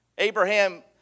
Abraham